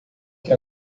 que